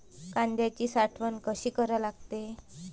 कांद्याची साठवन कसी करा लागते?